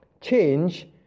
change